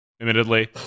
admittedly